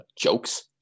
jokes